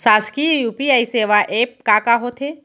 शासकीय यू.पी.आई सेवा एप का का होथे?